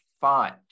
font